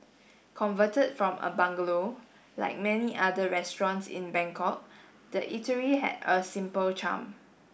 converted from a bungalow like many other restaurants in Bangkok the eatery had a simple charm